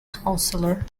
counsellor